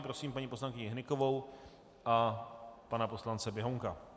Prosím paní poslankyni Hnykovou a pana poslance Běhounka.